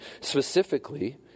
specifically